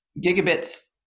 Gigabit's